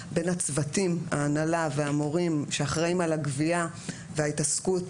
בין ההנהלה והמורים שאחראים על הגבייה וההתעסקות